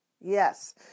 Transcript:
Yes